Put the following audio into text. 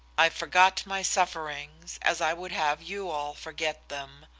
i forgot my sufferings, as i would have you all forget them.